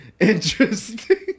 interesting